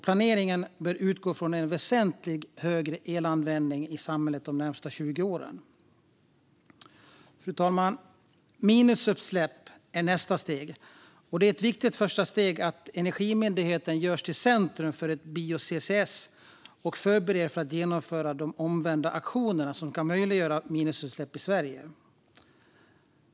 Planeringen bör utgå från en väsentligt högre elanvändning i samhället de närmaste 20 åren. Fru talman! Minusutsläpp är nästa steg. Det är ett viktigt första steg att Energimyndigheten görs till centrum för bio-CCS och förbereder för att genomföra de omvända auktioner som ska möjliggöra minusutsläpp i Sverige.